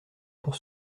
pour